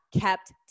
kept